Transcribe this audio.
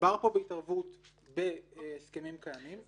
מדובר פה בהתערבות בהסכמים קיימים,